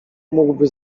mógłby